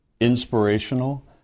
inspirational